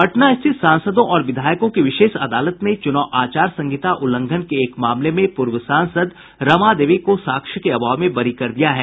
पटना स्थित सांसदों और विधायकों की विशेष अदालत ने चुनाव आचार संहिता उल्लंघन के एक मामले में पूर्व सांसद रमा देवी को साक्ष्य के अभाव में बरी कर दिया है